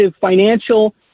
financial